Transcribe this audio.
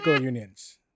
unions